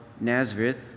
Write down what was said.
Nazareth